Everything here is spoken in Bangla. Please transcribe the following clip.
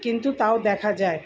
কিন্তু তাও দেখা যায়